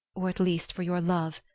or at least for your love,